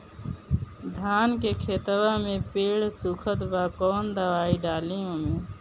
धान के खेतवा मे पेड़ सुखत बा कवन दवाई डाली ओमे?